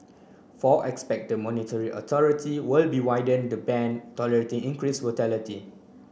four expect the monetary authority will be widen the band tolerating increase volatility